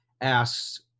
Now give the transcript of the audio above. asks